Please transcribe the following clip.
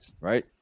right